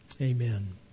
Amen